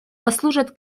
послужат